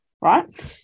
right